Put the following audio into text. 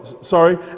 sorry